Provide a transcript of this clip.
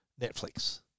Netflix